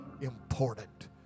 important